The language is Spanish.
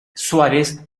suárez